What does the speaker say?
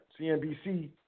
CNBC